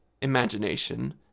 imagination